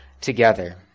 together